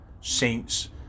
saints